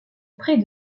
près